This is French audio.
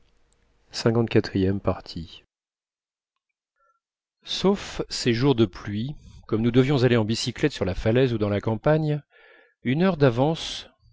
sauf ces jours de pluie comme nous devions aller en bicyclette sur la falaise ou dans la campagne une heure d'avance